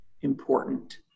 important